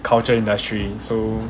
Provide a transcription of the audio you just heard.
culture industry so